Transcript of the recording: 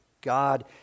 God